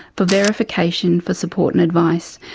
but verification, for support and advice,